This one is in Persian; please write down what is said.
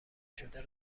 شده